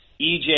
EJ